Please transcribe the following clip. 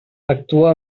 actua